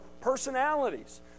personalities